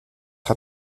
hat